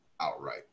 outright